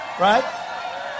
right